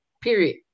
period